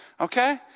okay